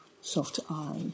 Soft-eyed